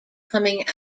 coming